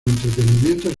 entretenimiento